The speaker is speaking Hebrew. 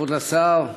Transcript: כבוד השר,